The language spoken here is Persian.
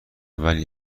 ولی